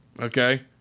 Okay